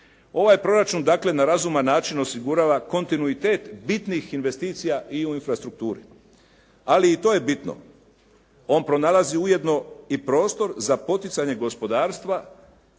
Ovaj proračun dakle na razuman način osigurava kontinuitet bitnih investicija i u infrastrukturi, ali i to je bitno. On pronalazi ujedno i prostor za poticanje gospodarstva